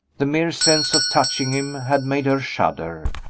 the mere sense of touching him had made her shudder.